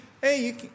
hey